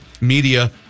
media